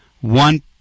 One